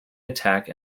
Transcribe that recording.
attack